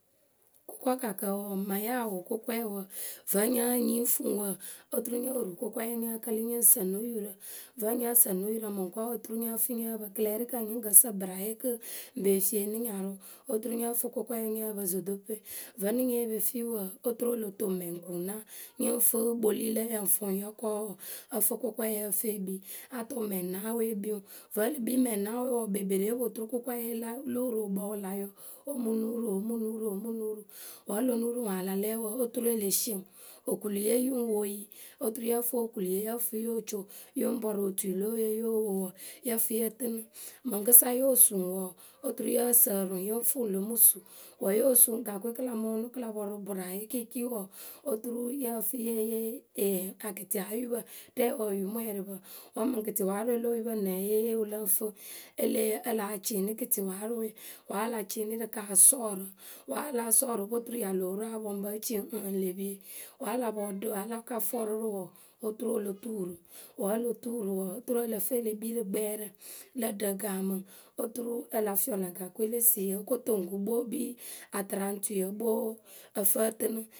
Kʊkɔkakǝ wǝǝ, mǝŋ yah wʊ kʊkɔɛ wǝǝ, vǝ́ nye nyiŋ fuŋwǝ oturu nyo ruu kʊkɔye nyǝ kǝlɨ nyǝŋ sǝ no yurǝ. Vǝ́ nyǝ sǝ no yurǝ mǝŋkɔɔwe oturu nyǝ fɨ nyǝ pǝ kɨlɛɛrɩkǝ nyǝ ŋ kǝ sǝ ŋpǝraaye kɨ :n pee fieeni nyarʊ oturu nyǝ fɨ kʊkɔɛ nyǝ pǝ zodope vǝnɨ nye pe fii wǝǝ, oturu o lo toŋ mɛŋkuunaa nyǝ ŋ fɨ kpolui lǝ yǝ ŋ fʊ ŋ yɔkɔ wǝ ǝ fɨ kɨkɔye ǝ fɨ e kpii a tʊ mɛŋnaawe e kpii ŋwǝ vǝ́ e le kpii mɛŋnaawe kpekperee o po turu kʊkɔye lo wǝrookpǝ wǝ la yɔɔ o mɨ nuuru o mɨ nuuru o mɨ nuuruwǝ́ o lo nuuru ŋwǝ a la lɛ wǝǝ, oturu e le sie ŋwǝ. Okuluye yǝ ŋ wo yǝ, oturu yǝ fɨ okuluye yǝ fɨ yo co. Yǝ ŋ pɔrʊ otui lo ǝyǝwe yóo wo wǝǝ yǝ fɨ yǝ tɨnɨ. Mǝŋkɨsa yo su ŋwǝ wǝǝ oturu yǝ sǝǝrɨ ŋwǝ yǝ ŋ fɨ ŋwǝ lo mɨ su Wǝ́ yo su gakǝwe ŋwǝ gakǝwe kɨ la mʊʊnʊ kɨ la pɔrʊ ŋpɨraaye kɩɩkɩɩ wǝǝ oturu yǝ fɨ ye yee akɩtɩwaayupǝ rɛɛwǝ oturu oyumwɛɛrɩpǝ Wǝ́ mǝŋ kɩtɩwaarǝwe lo oyupǝ nɛ wǝ́ yée ye wǝ lǝ ŋ fɨ? A lah cɩɩnɩ gɩtɩwaarǝ we, wǝ́ a la cɩɩnɩ rǝ kɨ a sɔɔ rǝ Wǝ́ a láa sɔɔrǝ o po turu ya lóo ru apɔŋpǝ e ci wǝ ǝŋ le pie. Wǝ́ a la pɔdǝ wǝ́ a la ka fɔrʊ rǝ wǝǝ oturu o lo tuu rǝ. Wǝ́ o lo tuu rǝ wǝǝ oturu ǝ lǝ fɨ e le kpii rǝ gbɛɛrǝ lǝ ɖǝ gaamɨ oturu a la fiɔ lä gakǝwe le siwyǝ o toŋ kǝ kpoo e kpii atɨraŋtui kpoo ǝ fɨ ǝ tɨnɨ.